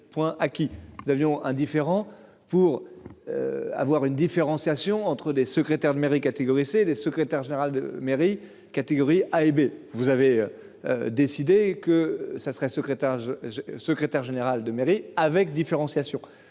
point acquis, nous avions indifférent pour. Avoir une différenciation entre des secrétaires de mairie, catégorie C, D, secrétaire général de mairie catégorie A et B vous avez. Décidé que ça serait secrétaire j'secrétaire général de mairie avec différenciation